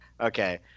Okay